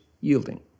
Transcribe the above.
yielding